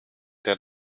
der